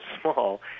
small